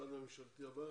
המשרד הממשלתי הבא?